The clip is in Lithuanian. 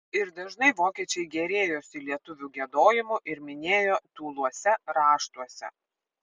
ir dažnai vokiečiai gėrėjosi lietuvių giedojimu ir minėjo tūluose raštuose